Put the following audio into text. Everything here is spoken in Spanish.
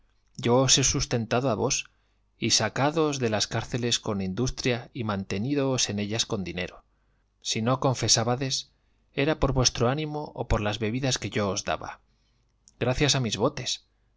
yo os he sustentado a vos y sacádoos de las cárceles con industria y mantenídoos en ellas con dinero si no confesábades era por vuestro ánimo o por las bebidas que yo os daba gracias a mis botes